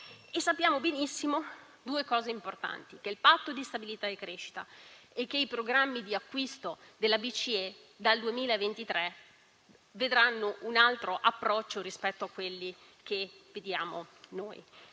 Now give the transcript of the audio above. E sappiamo anche benissimo due cose importanti: il patto di stabilità e crescita e i programmi di acquisto della BCE dal 2023 vedranno un altro approccio rispetto a quelli di sostegno che vediamo noi.